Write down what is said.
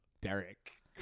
Derek